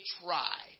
try